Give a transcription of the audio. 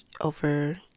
over